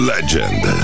Legend